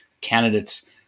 candidates